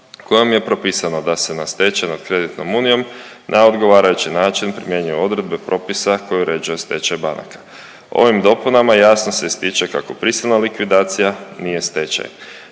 kojom je propisano da se nad stečenom kreditnom unijom na odgovarajući način primjenjuju odredbe propisa koje određuju stečaj banaka. Ovim dopunama jasno se ističe kako prisilna likvidacija nije stečaj.